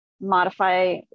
modify